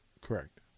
Correct